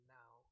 now